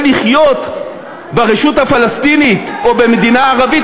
לחיות ברשות הפלסטינית או במדינה ערבית,